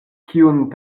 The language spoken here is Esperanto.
kiun